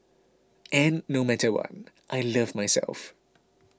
and no matter what I love myself